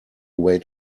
wait